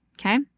okay